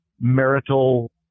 marital